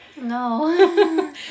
No